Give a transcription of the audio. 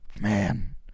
man